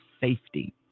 safety